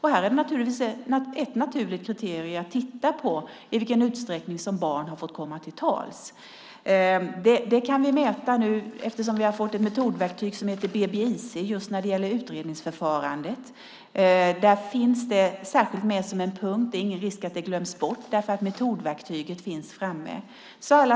Här är ett naturligt kriterium att titta på i vilken utsträckning som barn har fått komma till tals. Det kan vi mäta nu när vi fått ett metodverktyg som heter BBIC när det gäller utredningsförfarandet. Det finns särskilt med som en punkt. Det är ingen risk att det glöms bort därför att metodverktyget finns framme.